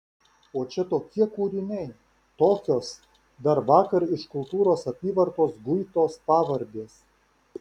o čia tokie kūriniai tokios dar vakar iš kultūros apyvartos guitos pavardės